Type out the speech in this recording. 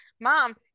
mom